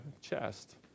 chest